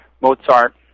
Mozart